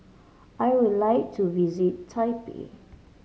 I would like to visit Taipei